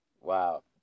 Wow